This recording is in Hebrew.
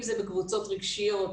אם זה בקבוצות רגשיות,